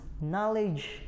knowledge